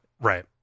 right